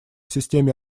системе